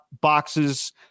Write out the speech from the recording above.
boxes